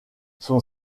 son